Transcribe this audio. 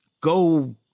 go